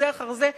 זה אחר זה,